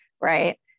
right